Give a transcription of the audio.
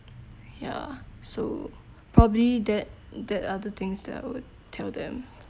ya so probably that that are the things that I would tell them